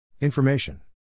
Information